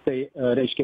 tai reiškia